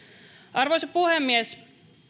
arvoisa puhemies